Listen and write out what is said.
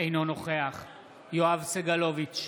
אינו נוכח יואב סגלוביץ'